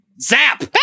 zap